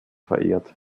verehrt